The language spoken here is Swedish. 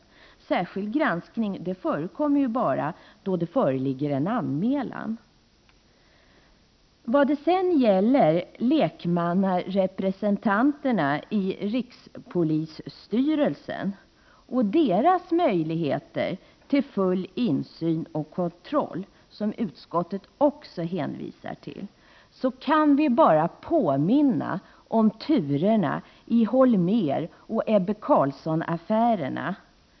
Särskild granskning förekommer bara då det föreligger en anmälan. När det sedan gäller möjligheterna till full insyn i och kontroll av rikspolisstyrelsen genom de lekmannarepresentanter som sitter i styrelsen kan vi bara påminna om turerna i Holméroch Ebbe Carlsson-affärerna.